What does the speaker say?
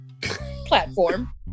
platform